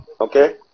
Okay